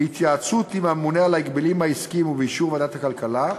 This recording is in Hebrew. בהתייעצות עם הממונה על ההגבלים העסקיים ובאישור ועדת הכלכלה,